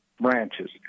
branches